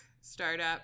startup